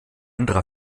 anderer